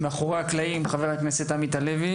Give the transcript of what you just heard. ומאחורי הקלעים גם חה"כ עמית הלוי